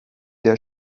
der